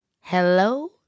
Hello